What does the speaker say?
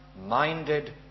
minded